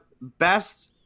Best